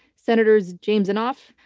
senators james inhofe,